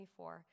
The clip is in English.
24